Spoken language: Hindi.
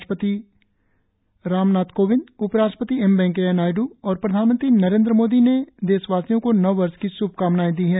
राष्ट्रपति राष्ट्रपति रामनाथ कोविंद उपराष्ट्रपति एम वेंकैया नायडू और प्रधानमंत्री नरेन्द्र मोदी ने ने देशवासियों को नववर्ष की श्भकामनाएं दी हैं